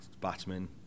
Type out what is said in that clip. batsman